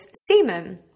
semen